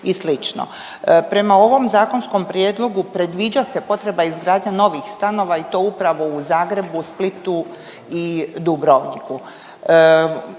Prema ovom zakonskom prijedlogu predviđa se potreba izgradnje novih stanova i to upravo u Zagrebu, Splitu i Dubrovniku.